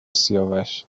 سیاوش